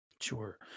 sure